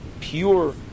pure